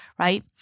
right